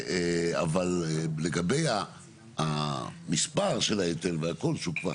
אבל לגבי המספר של ההיטל והכל שהוא כבר